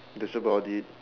that's about it